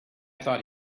thought